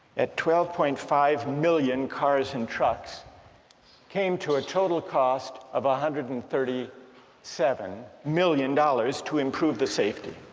at twelve point five million cars and trucks came to a total cost of one hundred and thirty seven million dollars to improve the safety